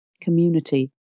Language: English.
Community